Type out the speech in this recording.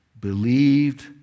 believed